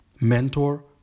mentor